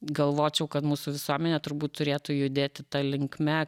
galvočiau kad mūsų visuomenė turbūt turėtų judėti ta linkme kad